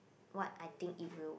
what I think it will